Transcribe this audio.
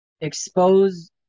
expose